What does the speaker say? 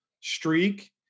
streak